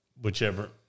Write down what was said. whichever